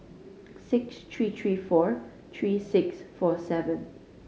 six three three four three six four seven